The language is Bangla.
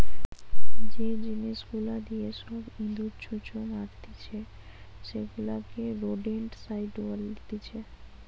যে জিনিস গুলা দিয়ে সব ইঁদুর, ছুঁচো মারতিছে সেগুলাকে রোডেন্টসাইড বলতিছে